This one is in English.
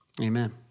amen